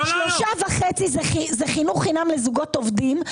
שלושה וחצי זה חינוך חינם לזוגות עובדים,